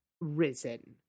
risen